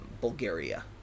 Bulgaria